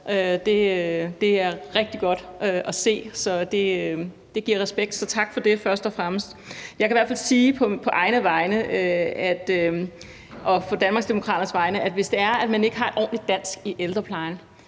Det er rigtig godt at se, så det giver respekt. Så først og fremmest tak for det. Jeg kan i hvert fald sige på egne vegne og på Danmarksdemokraternes vegne, at hvis det er, man ikke har et ordenlig dansk i ældreplejen,